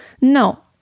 No